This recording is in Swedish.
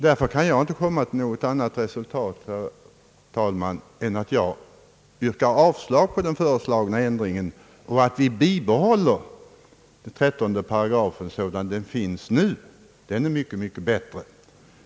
Därför kan jag inte komma till något annat resultat, herr talman, än att jag yrkar avslag på den ifrågavarande ändringen och önskar att vi behåller 13 § sådan den nu finns; den är mycket, mycket bättre.